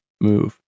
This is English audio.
move